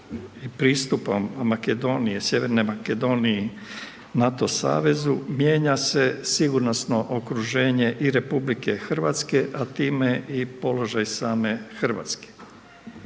pristupom Makedonije, Sjeverne Makedonije NATO savezu mijenja se sigurnosno okruženje i RH, a time i položaj same Hrvatske.